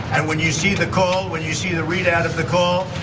and when you see the call, when you see the readout of the call,